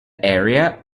area